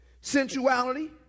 Sensuality